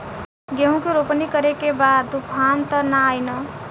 गेहूं के रोपनी करे के बा तूफान त ना आई न?